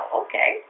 okay